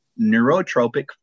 neurotropic